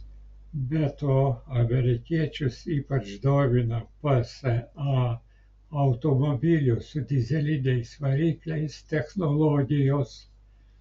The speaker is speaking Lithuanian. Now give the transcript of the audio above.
be to amerikiečius ypač domina psa automobilių su dyzeliniais varikliais technologijos